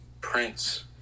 Prince